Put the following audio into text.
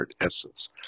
Essence